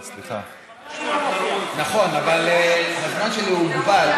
אתה יכול לדבר, נכון, אבל הזמן שלי הוא מוגבל.